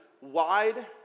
wide